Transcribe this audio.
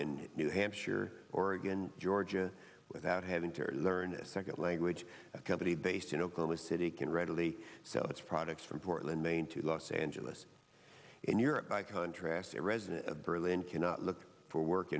in new hampshire oregon georgia without having to learn a second language a company based in oklahoma city can readily sell its products from portland maine to los angeles and europe by contrast a resident of berlin cannot look for work